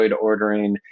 ordering